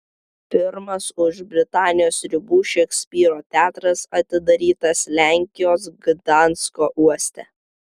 pirmas už britanijos ribų šekspyro teatras atidarytas lenkijos gdansko uoste